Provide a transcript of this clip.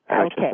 Okay